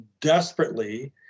desperately